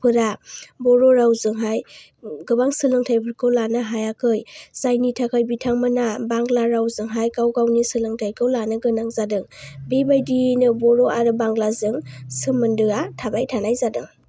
बर' रावजोंहाय गोबां सोलोंथायफोरखौ लानो हायाखै जायनि थाखाय बिथांमोनहा बांला रावजोंहाय गाव गावनि सोलोंथायखौ लानो गोनां जादों बेबायदियैनो बर' आरो बांलाजों सोमोन्दोआ थाबाय थानाय जादों